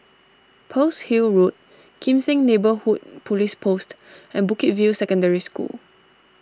Pearl's Hill Road Kim Seng Neighbourhood Police Post and Bukit View Secondary School